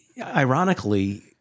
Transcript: ironically